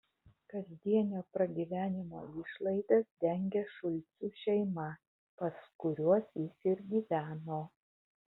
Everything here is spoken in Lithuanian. kasdienio pragyvenimo išlaidas dengė šulcų šeima pas kuriuos jis ir gyveno